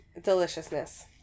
Deliciousness